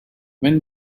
when